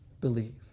believe